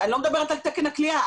אני לא מדברת על תקן הכליאה,